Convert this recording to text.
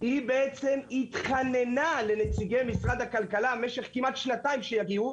היא התחננה לנציגי משרד הכלכלה במשך כמעט שנתיים שיגיעו,